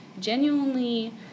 genuinely